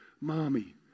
Mommy